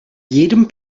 jedem